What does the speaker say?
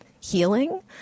healing